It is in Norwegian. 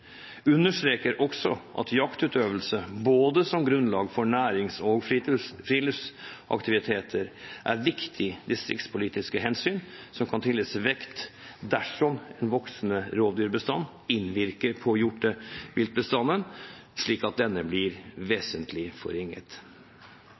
understreker også at jaktutøvelse som grunnlag for både nærings- og friluftsaktiviteter er viktige distriktspolitiske hensyn, som kan tillegges vekt dersom en voksende rovdyrbestand innvirker på hjorteviltbestanden, slik at denne blir